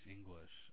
English